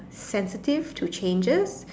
sensitive to changes